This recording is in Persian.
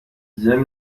ضمن